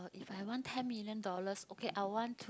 orh if I won ten million dollars okay I want to